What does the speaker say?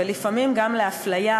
ולפעמים גם להפליה,